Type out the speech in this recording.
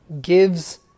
gives